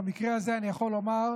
ובמקרה הזה אני יכול לומר: